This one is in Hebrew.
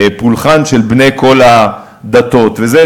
והפולחן של בני כל הדתות יותר מאשר למדינת ישראל.